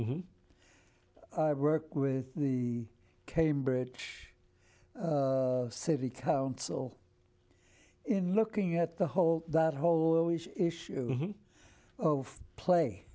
r i work with the cambridge city council in looking at the whole that whole issue of play